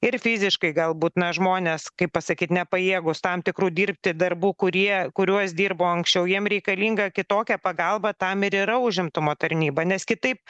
ir fiziškai galbūt na žmonės kaip pasakyt nepajėgūs tam tikrų dirbti darbų kurie kuriuos dirbo anksčiau jiem reikalinga kitokia pagalba tam ir yra užimtumo tarnyba nes kitaip